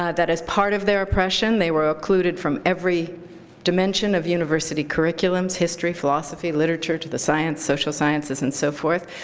ah that is part of their oppression. they were occluded from every dimension of university curriculums, history, philosophy, literature, to the sciences, social sciences, and so forth.